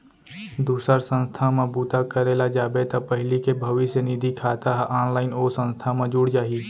दूसर संस्था म बूता करे ल जाबे त पहिली के भविस्य निधि खाता ह ऑनलाइन ओ संस्था म जुड़ जाही